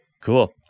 Cool